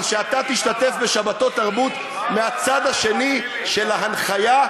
אבל אתה תשתתף בשבתות-תרבות מהצד השני של ההנחיה,